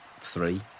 three